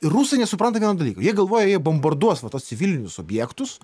rusai nesupranta vieno dalyko jie galvoja jie bombarduos va tuos civilinius objektus